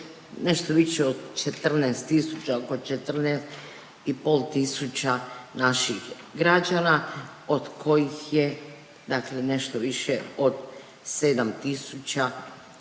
nešto više od 14 tisuća, oko 14 i pol tisuća naših građana od kojih je dakle nešto više od 7 tisuća